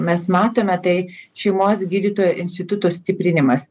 mes matome tai šeimos gydytojo instituto stiprinimas